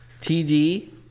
TD